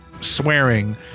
swearing